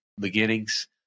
beginnings